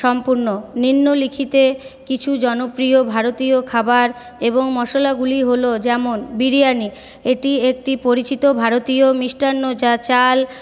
সম্পূর্ণ নিম্নলিখিতে কিছু জনপ্রিয় ভারতীয় খাবার এবং মশলাগুলি হল যেমন বিরিয়ানি এটি একটি পরিচিত ভারতীয় মিষ্টান্ন যা চাল